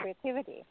creativity